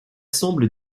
semble